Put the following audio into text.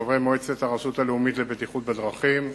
כחברי מועצת הרשות הלאומית לבטיחות בדרכים.